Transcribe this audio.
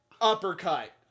uppercut